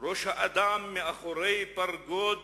"ראש האדם" מאחורי פרגוד